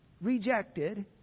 rejected